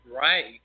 Right